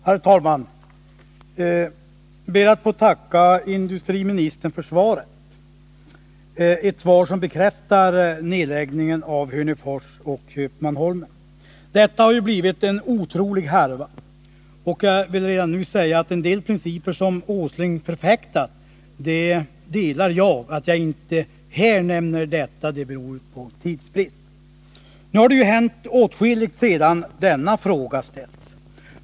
Herr talman! Jag ber att få tacka industriministern för svaret, i vilket industriministern bekräftar nedläggningen av fabrikerna i Hörnefors och Köpmanholmen. Detta har blivit en otrolig härva. En del principer som Nils Åsling har förfäktat delar jag. Att jag inte närmare går in på dem nu beror på tidsbrist. Det har ju hänt åtskilligt sedan denna fråga ställdes.